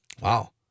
Wow